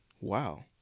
Wow